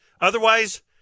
Otherwise